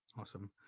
Awesome